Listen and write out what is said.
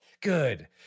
Good